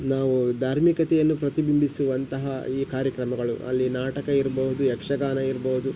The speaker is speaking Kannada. ನಾವು ಧಾರ್ಮಿಕತೆಯನ್ನು ಪ್ರತಿಬಿಂಬಿಸುವಂತಹ ಈ ಕಾರ್ಯಕ್ರಮಗಳು ಅಲ್ಲಿ ನಾಟಕ ಇರಬಹುದು ಯಕ್ಷಗಾನ ಇರ್ಬಹುದು